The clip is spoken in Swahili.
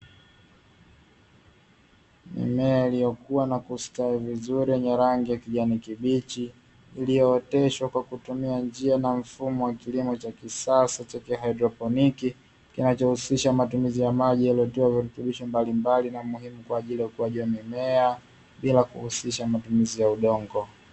Mimea iliyokua na kustawi vizuri yenye rangi ya kijani kibichi, iliyooteshwa kwa kutumia njia na mfumo wa kilimo cha kisasa cha kihaidroponiki, kinachohusisha matumizi ya maji yaliyotiwa virutubisho mbalimbali na muhimu kwajili ya ukuaji wa mimea bila kuhusisha matumizi ya udongo.